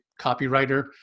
copywriter